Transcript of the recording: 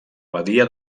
badia